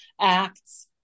acts